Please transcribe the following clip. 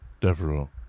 Devereaux